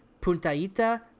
Puntaita